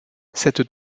cette